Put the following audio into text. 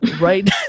right